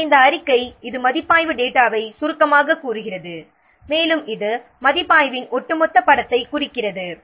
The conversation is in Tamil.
எனவே இந்த அறிக்கை இது மதிப்பாய்வு டேட்டாவை சுருக்கமாகக் கூறுகிறது மேலும் இது மதிப்பாய்வின் ஒட்டுமொத்த படத்தைக் குறிக்கிறது